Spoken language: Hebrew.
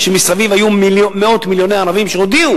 כשמסביב היו מאות מיליוני ערבים שהודיעו